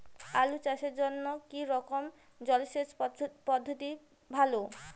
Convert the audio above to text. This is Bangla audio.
আলু চাষের জন্য কী রকম জলসেচ পদ্ধতি ভালো?